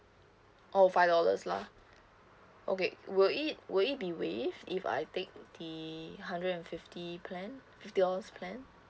oh five dollars lah okay will it will it be waived if I take the hundred and fifty plan fifty dollars plan